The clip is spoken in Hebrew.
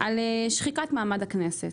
על שחיקת מעמד הכנסת,